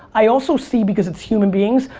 i also see, because it's human beings,